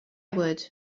would